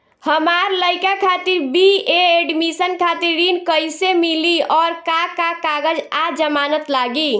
हमार लइका खातिर बी.ए एडमिशन खातिर ऋण कइसे मिली और का का कागज आ जमानत लागी?